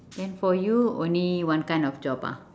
then for you only one kind of job ah